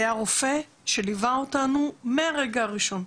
היה רופא שליווה אותנו מהרגע הראשון.